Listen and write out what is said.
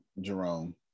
Jerome